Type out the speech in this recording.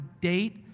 date